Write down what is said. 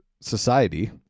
society